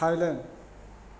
Thailand